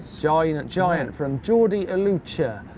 giant giant from jordi aleutia.